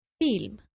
film